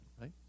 right